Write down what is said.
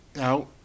out